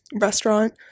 restaurant